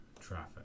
traffic